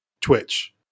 Twitch